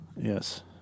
Yes